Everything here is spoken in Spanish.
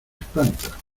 espanta